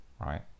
right